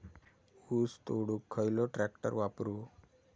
ऊस तोडुक खयलो ट्रॅक्टर वापरू?